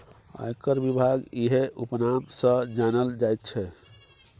आयकर विभाग इएह उपनाम सँ जानल जाइत छै